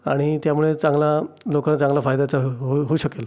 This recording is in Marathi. आणि त्यामुळे चांगला लोकांना चांगला फायदा त्याचा हो हो होऊ शकेल